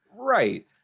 Right